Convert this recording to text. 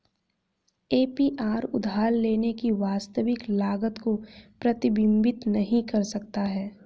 APR उधार लेने की वास्तविक लागत को प्रतिबिंबित नहीं कर सकता है